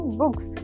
books